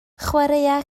chwaraea